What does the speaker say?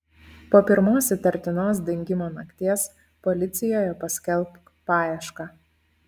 po pirmos įtartinos dingimo nakties policijoje paskelbk paiešką